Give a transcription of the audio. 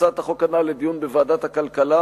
הצעת החוק הנ"ל לדיון בוועדת הכלכלה,